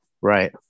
Right